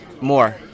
More